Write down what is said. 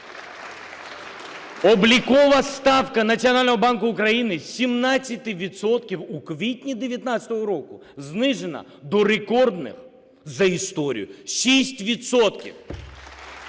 Облікова ставка Національного банку України з 17 відсотків у квітні 2019 року знижена до рекордних за історію 6